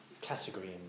category